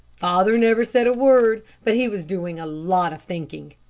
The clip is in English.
father never said a word, but he was doing a lot of thinking.